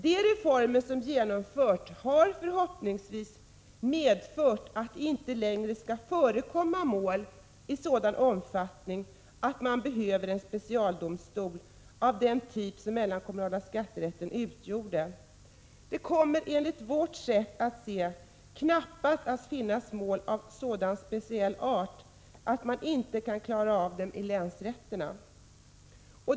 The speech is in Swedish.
De reformer som genomförts har förhoppningsvis medfört att det inte längre skall förekomma mål i sådan omfattning att man behöver en specialdomstol av den typ som mellankommunala skatterätten utgjort. Det kommer enligt vårt sätt att se knappast att finnas mål av sådan speciell art att man inte kan klara dem i länsrätterna.